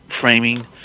framing